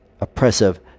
oppressive